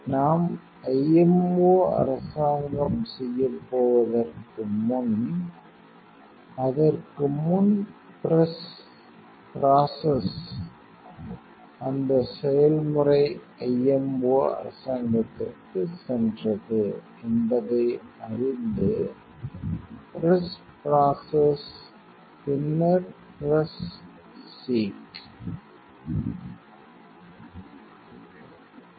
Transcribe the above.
நாம் IMO அரசாங்கம் செய்யப் போவதற்க்கு முன் அதற்கு முன் பிரஸ் பிராசஸ் அந்த செயல்முறை ஐஎம்ஓ அரசாங்கத்திற்குச் சென்றது என்பதை அறிந்து பிரஸ் பிராசஸ் பின்னர் பிரஸ் சீக்